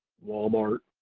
walmart,